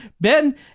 Ben